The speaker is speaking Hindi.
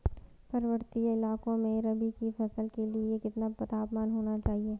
पर्वतीय इलाकों में रबी की फसल के लिए कितना तापमान होना चाहिए?